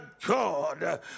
God